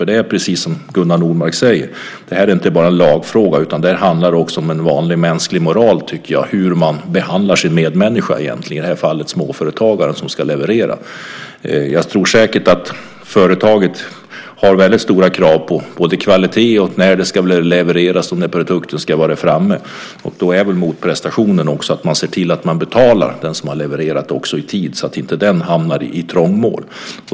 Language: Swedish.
Det är precis som Gunnar Nordmark säger: Det här är inte bara en lagfråga. Det handlar också om vanlig mänsklig moral och hur man egentligen behandlar sin medmänniska - i det här fallet småföretagaren som ska leverera. Jag tror säkert att företaget har stora krav på både kvalitet och när produkten ska levereras och vara framme. Då är motprestationen att man ser till att man betalar den som har levererat i tid så att inte han eller hon hamnar i trångmål.